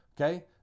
Okay